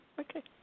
okay